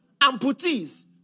amputees